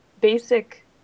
basic